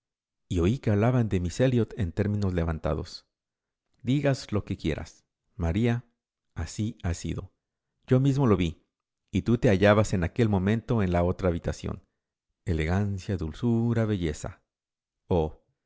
y oí que hablaban de miss elliot en términos levantados digas lo que quieras maría así ha sido yo mismo lo vi y tú te hallabas en aquel momento en la otra habitación elegancia dulzura belleza